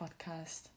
podcast